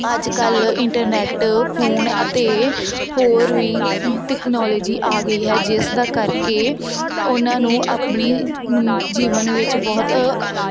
ਅੱਜ ਕੱਲ੍ਹ internet phone ਅਤੇ ਹੋਰ ਵੀ ਟੈਕਨੋਲੋਜੀ ਆ ਗਈ ਹੈ ਜਿਸਦੇ ਕਰਕੇ ਉਹਨਾਂ ਨੂੰ ਆਪਣੇ ਜੀਵਨ ਵਿੱਚ ਬਹੁਤ